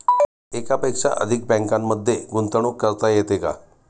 एकापेक्षा अधिक बँकांमध्ये गुंतवणूक करता येते का?